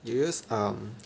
you use um